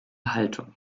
haltung